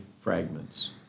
fragments